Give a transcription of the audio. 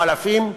או אלפים,